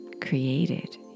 created